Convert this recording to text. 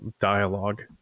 dialogue